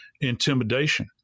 intimidation